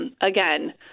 Again